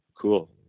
Cool